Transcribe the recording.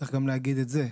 צריך גם להגיד את זה,